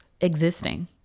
existing